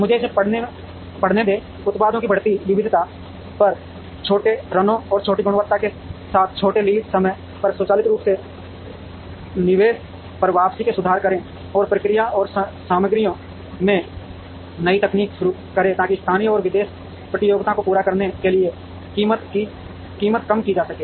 मुझे इसे पढ़ने दें उत्पादों की बढ़ती विविधता पर छोटे रनों और छोटी गुणवत्ता के साथ छोटे लीड समय पर स्वचालित रूप से निवेश पर वापसी में सुधार करें और प्रक्रिया और सामग्रियों में नई तकनीक शुरू करें ताकि स्थानीय और विदेशी प्रतियोगिता को पूरा करने के लिए कीमत कम की जा सके